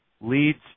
leads